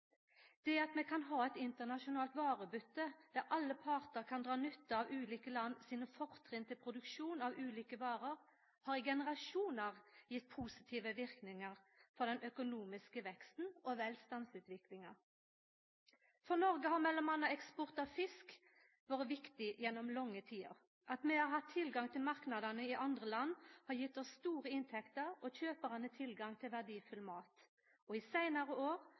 Det at vi kan ha eit internasjonalt varebytte, der alle partar kan dra nytte av ulike land sine fortrinn til produksjon av ulike varer, har i generasjonar gjeve positive verknader for den økonomiske veksten og velstandsutviklinga. For Noreg har m.a. eksport av fisk vore viktig gjennom lange tider. At vi har hatt tilgang til marknadene i andre land har gjeve oss store inntekter og kjøparane tilgang til verdifull mat. Og i seinare år